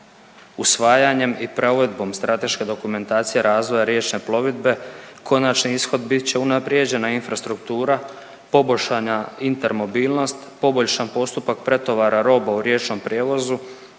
Usvajanjem i provedbom strateške dokumentacije razvoja riječne plovidbe konačni ishod bit će unaprijeđena infrastruktura, poboljšana intermobilnost, poboljšan postupak pretovara roba u riječnom prijevozu,